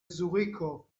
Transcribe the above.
zuriko